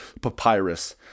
papyrus